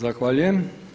Zahvaljujem.